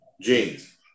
Jeans